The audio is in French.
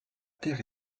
terre